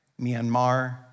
Myanmar